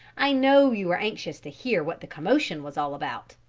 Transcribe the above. i know you are anxious to hear what the commotion was all about,